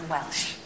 Welsh